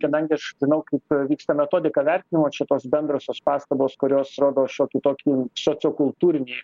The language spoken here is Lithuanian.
kadangi aš žinau kaip vyksta metodika vertinimo čia tos bendrosios pastabos kurios rodo šiokį tokį sociokultūrinį